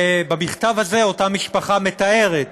ובמכתב הזה אותה משפחה מתארת